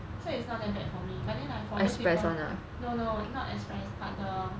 so it's not that bad for me but then like for those people no no not express but the